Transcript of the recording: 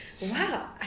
wow